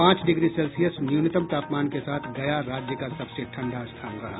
पांच degree Celsius न्यूनतम तापमान के साथ गया राज्य का सबसे ठंडा स्थान रहा